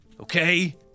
Okay